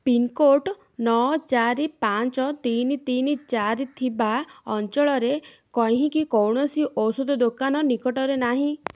pincode ନଅ ଚାରି ପାଞ୍ଚ ତିନି ତିନି ଚାରି ଥିବା ଅଞ୍ଚଳରେ କା ହିଁକି କୌଣସି ଔଷଧ ଦୋକାନ ନିକଟରେ ନାହିଁ